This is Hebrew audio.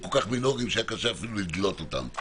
הם כל כך מינוריים שהיה קשה אפילו לדלות אותם.